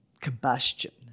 combustion